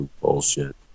bullshit